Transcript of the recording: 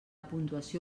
puntuació